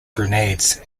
grenades